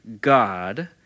God